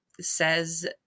says